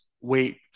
wait